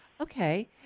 Okay